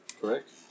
Correct